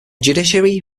judiciary